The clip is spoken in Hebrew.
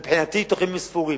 מבחינתי, בתוך ימים ספורים.